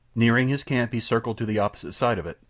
nearing his camp he circled to the opposite side of it,